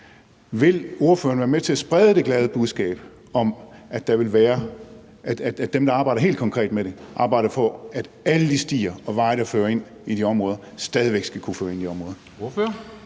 Vil ordføreren være med til at sprede det glade budskab om, at dem, der arbejder helt konkret med det, arbejder på, at alle de stier og veje, der fører ind i de områder, stadig væk skal føre ind i de områder?